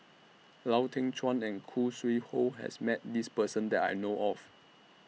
Lau Teng Chuan and Khoo Sui Hoe has Met This Person that I know of